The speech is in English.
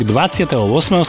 28